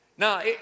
Now